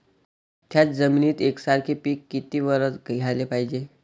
थ्याच जमिनीत यकसारखे पिकं किती वरसं घ्याले पायजे?